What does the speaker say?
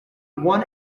won